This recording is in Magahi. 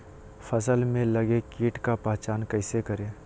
फ़सल में लगे किट का पहचान कैसे करे?